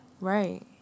Right